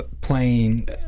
playing